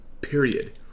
period